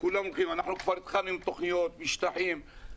אנחנו כבר התחלנו עם תוכניות, משטחים.